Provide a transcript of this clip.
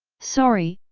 sorry,